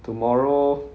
tomorrow